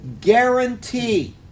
guarantee